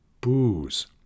booze